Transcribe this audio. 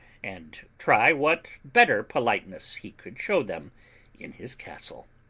and try what better politeness he could show them in his castle.